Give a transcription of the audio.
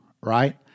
right